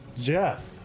Jeff